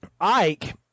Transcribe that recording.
Ike